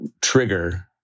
trigger